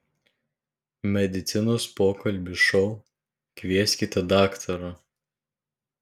medicinos pokalbių šou kvieskite daktarą